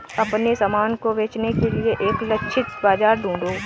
अपने सामान को बेचने के लिए एक लक्षित बाजार ढूंढो